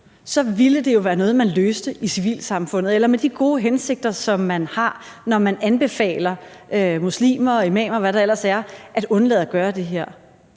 ville det jo være noget, man løste i civilsamfundet eller med de gode hensigter, som man har, når man anbefaler muslimer og imamer, og hvad der ellers